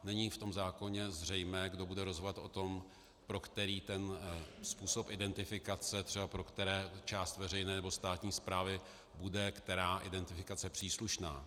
Není v tom zákoně zřejmé, kdo bude rozhodovat o tom, pro který způsob identifikace, třeba pro kterou část veřejné nebo státní správy bude která identifikace příslušná.